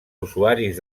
usuaris